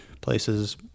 places